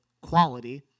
quality